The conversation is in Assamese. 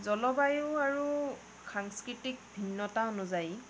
জলবায়ু আৰু সাংস্কৃতিক ভিন্নতা অনুযায়ী